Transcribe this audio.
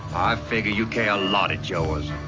figure you care a lot at yours.